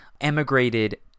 emigrated